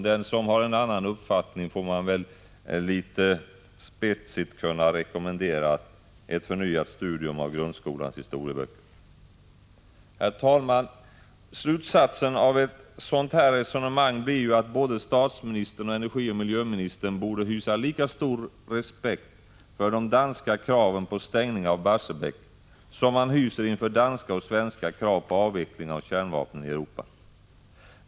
Den som har en annan uppfattning får man litet tillspetsat rekommendera ett förnyat studium av grundskolans historieböcker. Slutsatsen av ett sådant resonemang blir att både statsministern och energioch miljöministern borde hysa lika stor respekt för de danska kraven på stängning av Barsebäck som man hyser inför danska och svenska krav på avveckling av kärnvapnen i Europa.